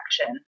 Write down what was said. action